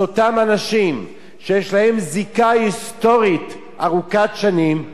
זה אותם אנשים שיש להם זיקה היסטורית ארוכת שנים,